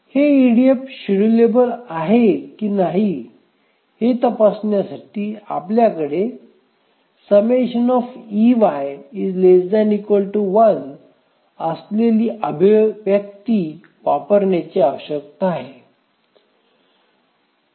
हे EDF schedulable आहे की नाही हे तपासण्यासाठी आपल्याकडे ∑ ≤1 असलेली अभिव्यक्ती वापरण्याची आवश्यकता आहे